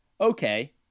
okay